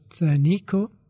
Nico